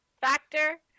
factor